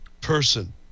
person